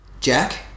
Jack